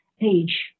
age